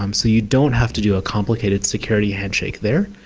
um so you don't have to do a complicated security handshake there,